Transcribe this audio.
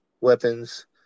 weapons